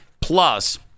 Plus